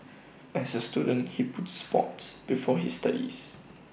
as A student he put Sport before his studies